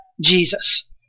Jesus